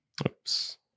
Oops